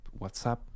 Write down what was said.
WhatsApp